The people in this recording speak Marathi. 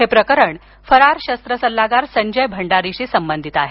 हे प्रकरण फरार शास्त्र सल्लागार संजय भंडारीशी संबंधित आहे